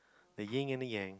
the yin and the yang